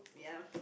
ya